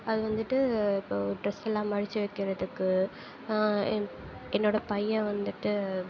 அது வந்துட்டு இப்போ ட்ரெஸ் எல்லாம் மடிச்சு வைக்கிறதுக்கு என்னோட பையன் வந்துட்டு